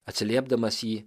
atsiliepdamas į